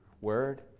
word